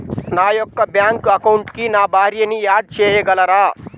నా యొక్క బ్యాంక్ అకౌంట్కి నా భార్యని యాడ్ చేయగలరా?